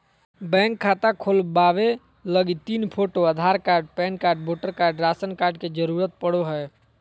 bank खाता खोलबावे लगी तीन photo, Aadhaar card, PAN card, voter card, ration card के जरूरत पड़ो हय